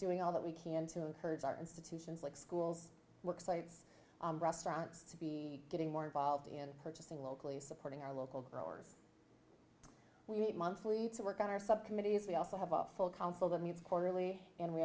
doing all that we can to encourage our institutions like schools work sites restaurants to be getting more involved in purchasing locally supporting our local growers we meet monthly to work on our subcommittees we also have a full council that meets quarterly and we